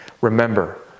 Remember